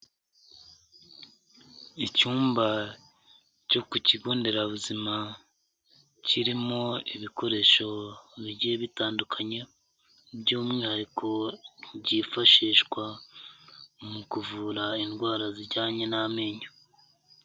Icyumba cyo ku kigo nderabuzima kirimo ibikoresho bigiye bitandukanye by'umwihariko byifashishwa mu kuvura indwara zijyanye n'amenyo.